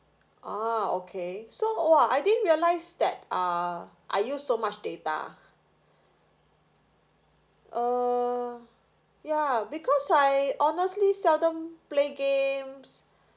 oh okay so !wah! I didn't realise that uh I use so much data err ya because I honestly seldom play games